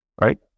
right